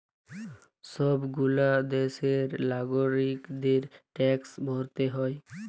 সব গুলা দ্যাশের লাগরিকদের ট্যাক্স ভরতে হ্যয়